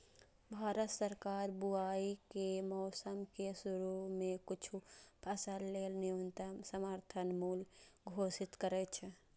भारत सरकार बुआइ के मौसम के शुरू मे किछु फसल लेल न्यूनतम समर्थन मूल्य घोषित करै छै